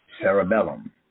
cerebellum